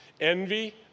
Envy